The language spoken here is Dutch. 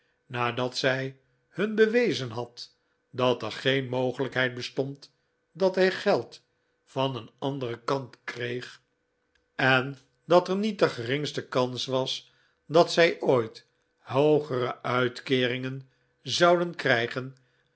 nadat zij hun bewezen had dat er geen mogelijkheid bestond dat hij geld van een anderen kant kreeg en dat er niet de geringste kans was dat zij ooit hoogere uitkeering zouden krijgen